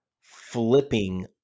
flipping